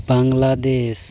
Bangladesh